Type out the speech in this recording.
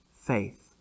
faith